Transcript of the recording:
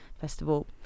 Festival